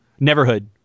neverhood